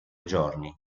giorni